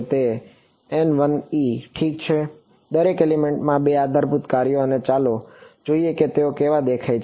તો ઠીક છે દરેક એલિમેન્ટના બે આધારભૂત કાર્યો છે અને ચાલો જોઈએ કે તેઓ કેવા દેખાય છે